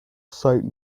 site